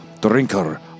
drinker